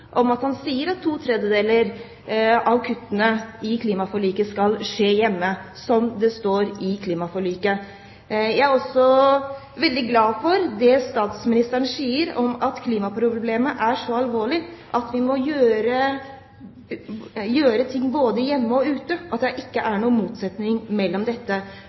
sier at to tredjedeler av kuttene skal skje hjemme, slik det står i klimaforliket. Jeg er også veldig glad for det statsministeren sier om at klimaproblemet er så alvorlig at vi må gjøre ting både hjemme og ute, at det ikke er noen motsetning